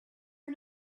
are